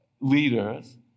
leaders